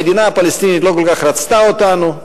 המדינה הפלסטינית לא כל כך רצתה אותנו,